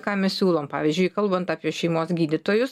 ką mes siūlom pavyzdžiui kalbant apie šeimos gydytojus